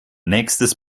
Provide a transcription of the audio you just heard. nächstes